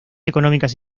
económicas